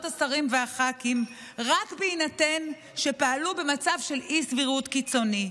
השרים והח"כים רק בהינתן שפעלו במצב של אי-סבירות קיצונית.